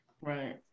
Right